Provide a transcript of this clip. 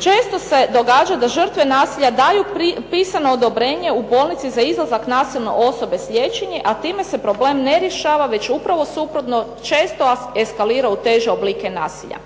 često se događa da žrtve nasilja daju pisano odobrenje u bolnici za izlazak nasilne osobe s liječenja, a time se problem ne rješava već upravo suprotno, često eskalira u teže oblike nasilja.